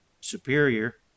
superior